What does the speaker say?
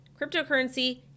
cryptocurrency